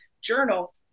journal